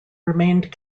remained